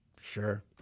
sure